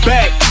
Back